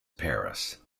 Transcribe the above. paris